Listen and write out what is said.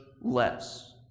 less